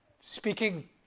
speaking